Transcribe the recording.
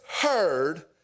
heard